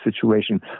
situation